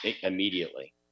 immediately